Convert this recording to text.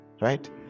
Right